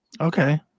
okay